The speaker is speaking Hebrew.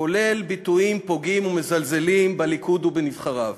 כולל ביטויים פוגעים ומזלזלים בליכוד ובנבחריו.